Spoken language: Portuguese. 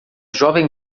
jovem